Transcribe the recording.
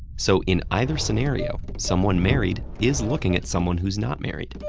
so in either scenario, someone married is looking at someone who's not married.